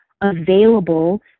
available